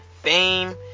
Fame